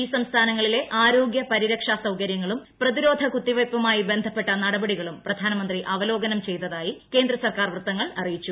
ഈ സംസ്ഥാനങ്ങളിലെ ആരോഗൃ പരിരക്ഷാ സൌകര്യങ്ങളും പ്രതിരോധ കുത്തിവയ്പ്പുമായി ബന്ധപ്പെട്ട നടപടികളും പ്രധാനമന്ത്രി അവലോകനം ചെയ്തതായി കേന്ദ്ര സർക്കാർ വൃത്തങ്ങൾ അറിയിച്ചു